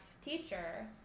teacher